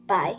Bye